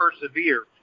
persevere